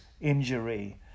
injury